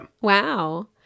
Wow